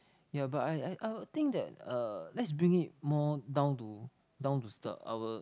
ya but I I I would think uh that let's bring it more down to down to our